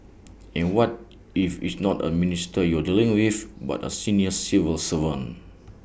and what if it's not A minister you're dealing with but A senior civil servant